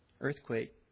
earthquake